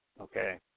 okay